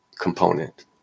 component